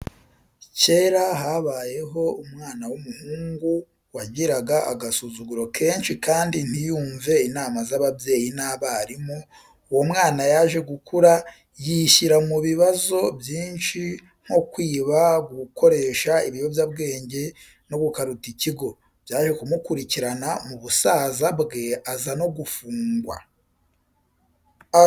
Kera habayeho umwana w'umuhungu wagiraga agasuzuguro kenshi kandi ntiyumve inama z'ababyeyi n'abarimu, uwo mwana yaje gukura yishira mu bibazo byinshi nko kwiba, gukoresha ibiyobyabwenge no gukaruta ikigo, byaje kumukurikirana mu busaza bwe aza no gufungwa.